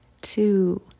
two